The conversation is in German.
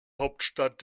hauptstadt